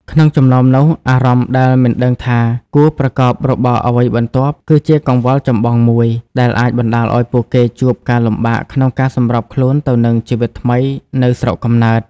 ក្នុងចំណោមនោះ អារម្មណ៍ដែលមិនដឹងថាគួរប្រកបរបរអ្វីបន្ទាប់ គឺជាកង្វល់ចម្បងមួយ ដែលអាចបណ្តាលឱ្យពួកគេជួបការលំបាកក្នុងការសម្របខ្លួនទៅនឹងជីវិតថ្មីនៅស្រុកកំណើត។